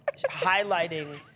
highlighting